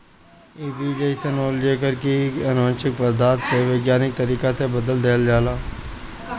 इ बीज अइसन होला जेकरा के की अनुवांशिक पदार्थ के वैज्ञानिक तरीका से बदल देहल जाला